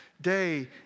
day